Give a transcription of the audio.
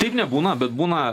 taip nebūna bet būna